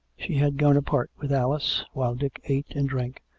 she had gone apart with alice, while dick ate and drank,